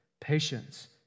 patience